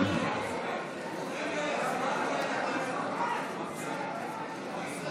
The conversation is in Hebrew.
אם כן להלן תוצאות ההצבעה: בעד 51,